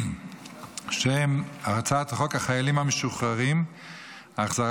שהיא הצעת חוק החיילים המשוחררים (החזרה